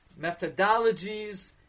methodologies